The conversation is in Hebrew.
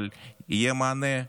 אבל יהיה מענה,